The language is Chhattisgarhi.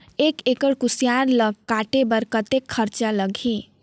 एक एकड़ कुसियार ल काटे बर कतेक खरचा लगही?